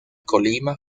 colima